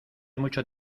mucho